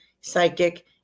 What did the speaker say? psychic